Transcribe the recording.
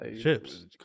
Chips